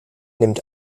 nimmt